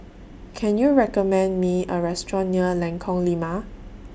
Can YOU recommend Me A Restaurant near Lengkong Lima